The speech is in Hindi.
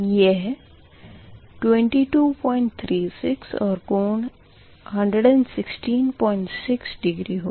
यह 2236 और कोण 1166 डिग्री होगा